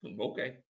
Okay